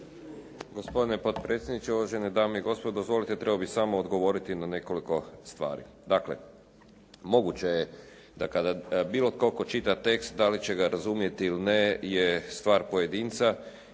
Gospodine potpredsjedniče, uvažene dame i gospodo. Dozvolite, trebao bih samo odgovoriti na nekoliko stvari. Dakle, moguće je da kada bilo tko tko čita tekst da li će ga razumjeti ili ne je stvar pojedinca